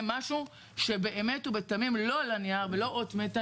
משהו שבאמת ובתמים לא על הנייר ולא אות מתה,